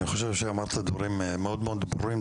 אני חושב שאמרת דברים מאוד מאוד ברורים.